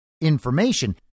information